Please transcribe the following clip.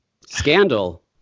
scandal